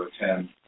attend